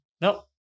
No